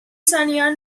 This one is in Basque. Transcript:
zenean